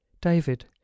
david